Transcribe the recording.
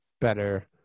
better